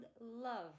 love